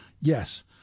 yes